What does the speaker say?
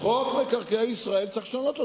חוק מקרקעי ישראל, צריך לשנות אותו.